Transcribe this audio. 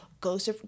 goes